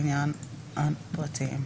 לעניין אדם פרטי.